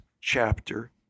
chapter